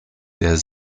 der